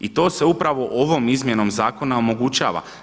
I to se upravo ovom izmjenom zakona omogućava.